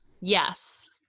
Yes